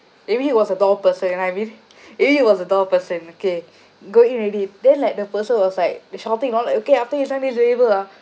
maybe he was the door person you know what I mean maybe he was the door person okay go in already then like the person was like the shouting and all like okay ah after you sign this label ah